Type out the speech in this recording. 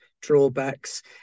drawbacks